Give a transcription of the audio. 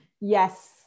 Yes